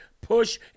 push